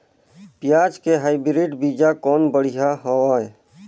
पियाज के हाईब्रिड बीजा कौन बढ़िया हवय?